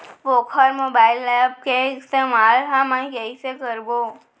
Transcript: वोकर mobile app के इस्तेमाल हमन कइसे करबो?